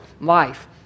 life